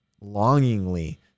longingly